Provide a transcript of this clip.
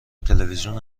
تلویزیون